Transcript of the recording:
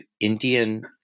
Indian